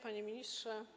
Panie Ministrze!